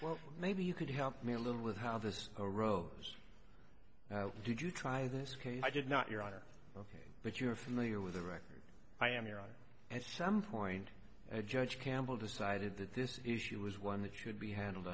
well maybe you could help me a little with how this arose did you try this case i did not your honor ok but you're familiar with the record i am here on at some point judge campbell decided that this issue was one that should be handled